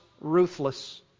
ruthless